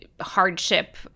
hardship